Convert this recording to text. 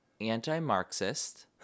anti-Marxist